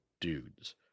dudes